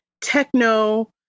techno